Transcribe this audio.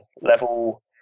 level